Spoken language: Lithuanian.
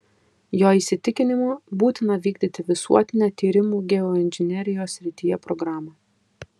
jo įsitikinimu būtina vykdyti visuotinę tyrimų geoinžinerijos srityje programą